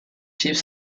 ships